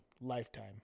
lifetime